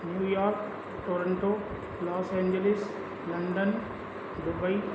New York Toronto Los Angeles London Dubai